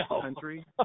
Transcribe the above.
country